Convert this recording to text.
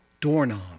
doorknob